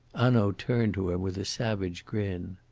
hanaud turned to him with a savage grin.